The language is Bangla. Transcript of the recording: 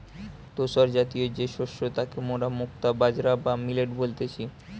ধূসরজাতীয় যে শস্য তাকে মোরা মুক্তা বাজরা বা মিলেট বলতেছি